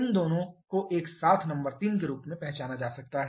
इन दोनों को एक साथ नंबर 3 के रूप में पहचाना जा सकता है